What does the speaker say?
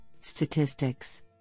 statistics